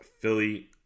Philly